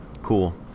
Cool